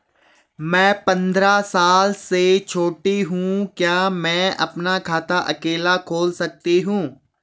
मैं पंद्रह साल से छोटी हूँ क्या मैं अपना खाता अकेला खोल सकती हूँ?